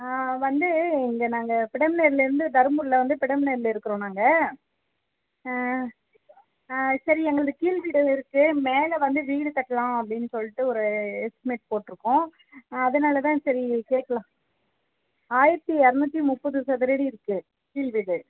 வந்து இங்கே நாங்கள் பிடம்னேர்லேந்து தர்மபுரியில வந்து பிட்னேரில் இருக்கிறோம் நாங்கள் சரி எங்களது கீழ்வீடு இருக்கு மேலே வந்து வீடு கட்டலாம் அப்படீன்னு சொல்லிட்டு ஒரு எஸ்டிமேட் போட்டுருக்கோம் அதுனால தான் சரி கேட்கலாம் ஆயிரத்து இரநூத்தி முப்பது சதுர அடி இருக்கு கீழ்வீடு